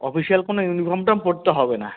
official কোনো uniform টম পরতে হবে না